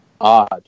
Odd